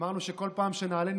אמרנו שבכל פעם שנעלה,